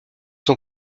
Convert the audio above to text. sont